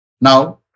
Now